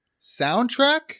Soundtrack